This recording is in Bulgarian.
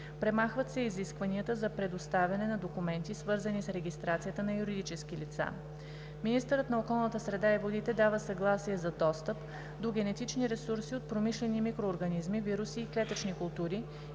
Премахват се изискванията за предоставяне на документи, свързани с регистрацията на юридически лица. Mинистърът на околната среда и водите дава съгласие за достъп до генетични ресурси от промишлени микроорганизми, вируси и клетъчни култури